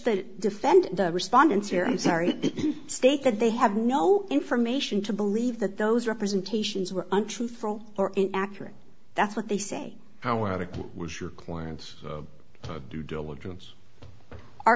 the defendant the respondents here i'm sorry state that they have no information to believe that those representations were untruthful or inaccurate that's what they say how article was your client's due diligence our